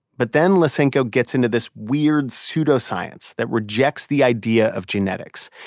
but then lysenko gets into this weird pseudoscience that rejects the idea of genetics.